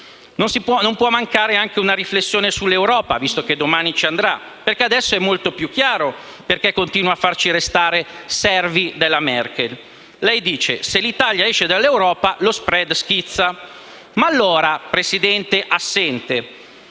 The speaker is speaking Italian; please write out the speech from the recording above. Non può mancare anche una riflessione sull'Europa, visto che domani ci andrà: adesso è molto più chiaro perché continua a farci restare servi della Merkel. Lei sostiene che, se l'Italia uscisse dall'Europa, lo *spread* schizzerebbe in alto. Presidente assente,